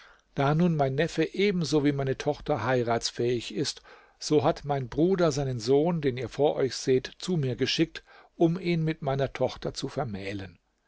da nun mein neffe ebenso wie meine tochter heiratsfähig ist so hat mein bruder seinen sohn den ihr vor euch seht zu mir geschickt um ihn mit meiner tochter zu vermählen